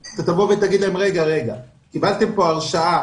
תגיד: קיבלתם פה הרשאה